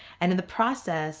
and in the process